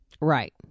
Right